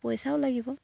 পইচাও লাগিব